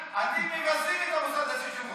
אתם מבזים את המוסד הזה של חוקי-יסוד.